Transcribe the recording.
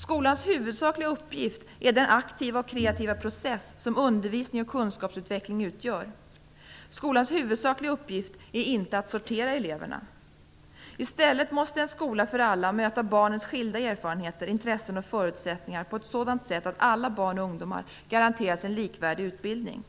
Skolans huvudsakliga uppgift är den aktiva och kreativa process som undervisning och kunskapsutveckling utgör. Skolans huvudsakliga uppgift är inte att sortera eleverna. I stället måste en skola för alla möta barnens skilda erfarenheter, intressen och förutsättningar på ett sådant sätt att alla barn och ungdomar garanteras en likvärdig utbildning.